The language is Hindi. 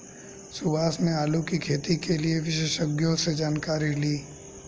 सुभाष ने आलू की खेती के लिए विशेषज्ञों से जानकारी ली